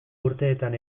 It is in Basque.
urteetan